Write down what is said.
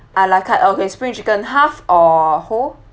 a la carte okay spring chicken half or whole